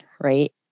right